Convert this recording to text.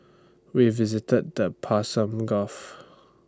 we visited the Persian gulf